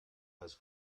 has